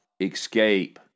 escape